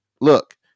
look